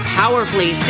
powerfully